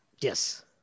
Yes